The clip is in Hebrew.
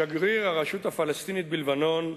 שגריר הרשות הפלסטינית בלבנון,